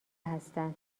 هستن